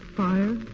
fire